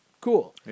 cool